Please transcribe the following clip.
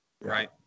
Right